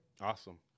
Awesome